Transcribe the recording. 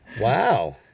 Wow